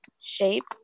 shape